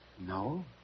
No